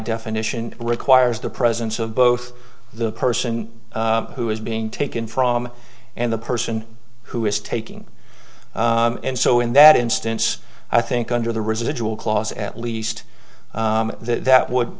definition requires the presence of both the person who is being taken from and the person who is taking and so in that instance i think under the residual clause at least that that would